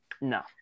No